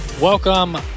Welcome